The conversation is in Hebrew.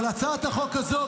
אבל הצעת החוק הזו,